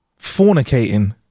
fornicating